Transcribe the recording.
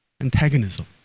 antagonism